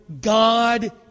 God